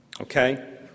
Okay